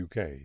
UK